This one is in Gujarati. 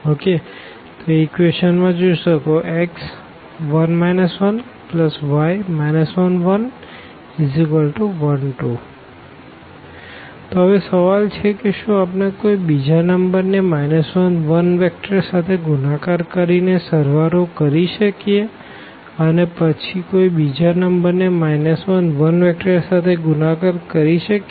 x1 1 y 1 1 1 2 તો હવે સવાલ એ છે કે શુ આપણે કોઈ બીજા નંબર ને 1 1 વેક્ટર સાથે ગુણાકાર કરી ને સળવાળો કરી શકીએ અનેપછી કોઈ બીજા નંબર ને 1 1 વેક્ટર સાથે ગુણાકાર કરી શકીએ